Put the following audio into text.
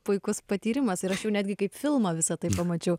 puikus patyrimas ir aš jau netgi kaip filmą visą tai pamačiau